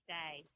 day